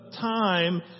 time